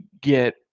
get